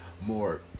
More